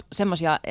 semmoisia